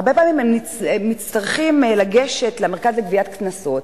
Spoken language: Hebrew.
הרבה פעמים הם צריכים לגשת למרכז לגביית קנסות